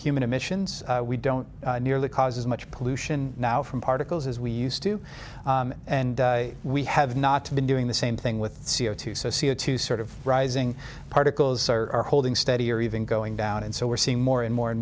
human emissions we don't nearly cause as much pollution now from particles as we used to and we have not been doing the same thing with c o two so c o two sort of rising particles are holding steady or even going down and so we're seeing more and more and